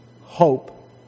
hope